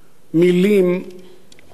מלים הורגות.